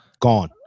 gone